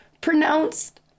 pronounced